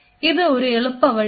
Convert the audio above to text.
ഇത് ഒരു എളുപ്പവഴിയാണ്